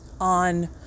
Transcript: on